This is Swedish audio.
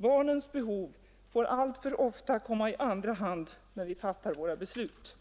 Barnens behov får alltför ofta komma i andra hand när vi fattar våra beslut.